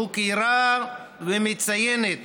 מוקירה ומציינת